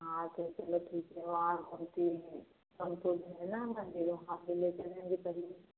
हाँ तो चलो ठीक है वहाँ है ना मंदिर वहाँ पर ले कर जाएँगी तभी